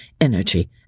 energy